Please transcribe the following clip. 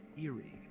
eerie